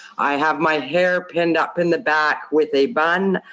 i have my hair pinned up in the back with a bun.